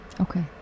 Okay